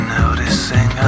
noticing